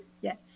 Yes